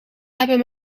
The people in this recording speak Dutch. hebben